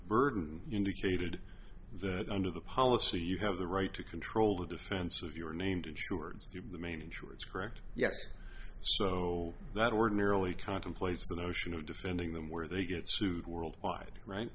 burden indicated that under the policy you have the right to control the defense of your named insurance the main insurance correct yes so that ordinarily contemplates the notion of defending them where they get sued world wide right